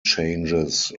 changes